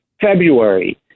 February